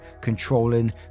controlling